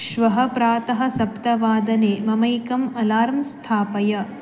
श्वः प्रातः सप्तवादने ममैकम् अलार्म् स्थापय